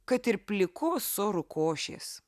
kad ir plikos sorų košės